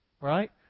right